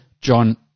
John